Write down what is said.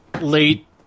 late